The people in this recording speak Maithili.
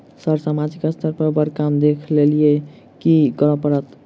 सर सामाजिक स्तर पर बर काम देख लैलकी करऽ परतै?